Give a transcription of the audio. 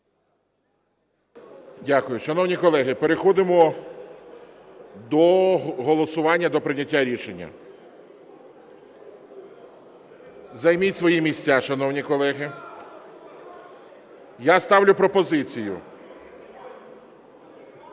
Дякую. Шановні колеги, переходимо до голосування, до прийняття рішення. Займіть свої місця, шановні колеги. Я ставлю пропозицію…